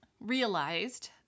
realized